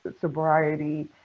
sobriety